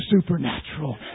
supernatural